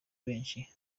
benshi